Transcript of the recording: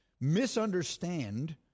misunderstand